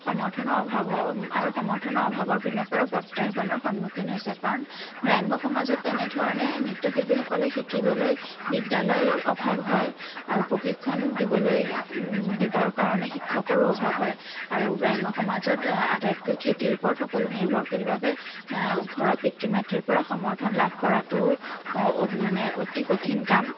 সমৰ্থনৰ অভাৱৰ আৰু সমৰ্থনৰ অভাৱৰ পিনৰ পৰাও প্ৰত্যাহ্বানৰ সন্মুখীন হৈছে কাৰণ গ্ৰাম্য সমাজত তেনে ধৰণে নৃত্য শিল্পীসকলে শিকিবলৈ বিদ্যালয়ৰ অভাৱ হয় আৰু প্ৰশিক্ষণ দিবলৈ দিবৰ কাৰণে শিক্ষকৰো অভাৱ হয় আৰু গ্ৰাম্য সমাজত আতাইতকৈ খেতিৰ ওপৰত সকলো নিৰ্ভৰশীল বাবে ঘৰৰ পিতৃ মাতৃৰ পৰা সমৰ্থন লাভ কৰাটোও মানে অতি কঠিন কাম